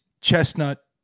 chestnut